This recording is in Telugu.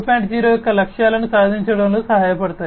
0 యొక్క లక్ష్యాలను సాధించడంలో సహాయపడతాయి